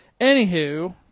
anywho